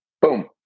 Boom